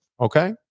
Okay